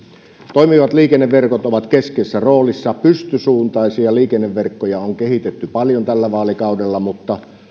toimivat liikenneverkot ovat keskeisessä roolissa pystysuuntaisia liikenneverkkoja on kehitetty paljon tällä vaalikaudella mutta